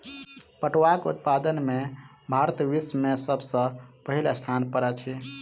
पटुआक उत्पादन में भारत विश्व में सब सॅ पहिल स्थान पर अछि